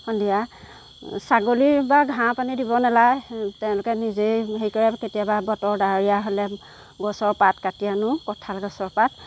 সন্ধিয়া ছাগলী বা ঘাঁহ পানী দিব নালাগে তেওঁলোকে নিজেই হেৰি কৰে কেতিয়াবা বতৰ ডাৱৰীয়া হ'লে গছৰ পাত কাটি আনো কঠাল গছৰ পাত